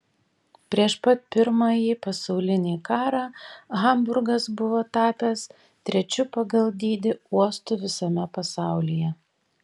prieš pat pirmąjį pasaulinį karą hamburgas buvo tapęs trečiu pagal dydį uostu visame pasaulyje